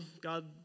God